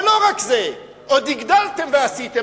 ולא רק זה, עוד הגדלתם ועשיתם.